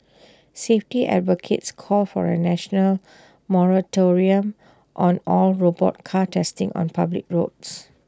safety advocates called for A national moratorium on all robot car testing on public roads